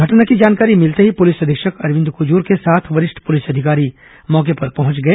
घटना की जानकारी मिलते ही पुलिस अधीक्षक अरविंद कुजूर के साथ वरिष्ठ पुलिस अधिकारी मौके पर पहुंच गए